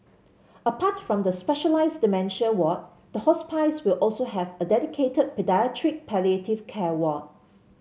apart from the specialised dementia ward the hospice will also have a dedicated paediatric palliative care ward